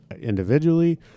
individually